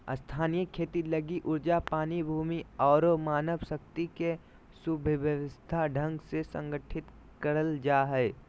स्थायी खेती लगी ऊर्जा, पानी, भूमि आरो मानव शक्ति के सुव्यवस्थित ढंग से संगठित करल जा हय